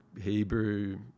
Hebrew